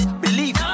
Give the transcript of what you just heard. believe